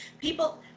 people